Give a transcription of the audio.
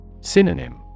Synonym